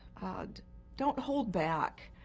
don't hold back.